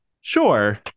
Sure